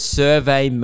survey